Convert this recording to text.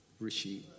Rishi